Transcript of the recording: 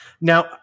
Now